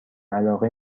علاقه